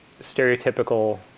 stereotypical